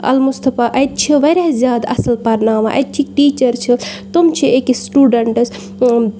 المُصطفیٰ اَتہِ چھِ واریاہ زیادٕ اَصٕل پَرناوان اَتہِ چھِ ٹیٖچَر چھِ تِم چھِ أکِس سٹوٗڈَنٹَس